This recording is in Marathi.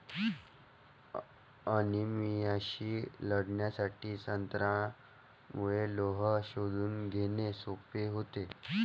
अनिमियाशी लढण्यासाठी संत्र्यामुळे लोह शोषून घेणे सोपे होते